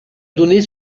donné